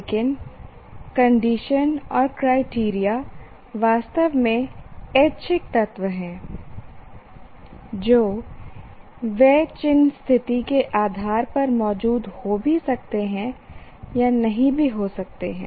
लेकिन कंडीशन और क्राइटेरिया वास्तव में ऐच्छिक तत्व हैं जो वे चिन्हस्थिति के आधार पर मौजूद हो भी सकते हैं या नहीं भी हो सकते हैं